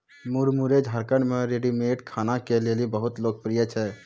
मुरमुरे झारखंड मे रेडीमेड खाना के लेली बहुत लोकप्रिय छै